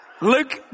Luke